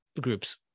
groups